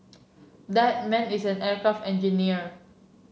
that man is an aircraft engineer